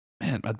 Man